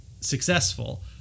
successful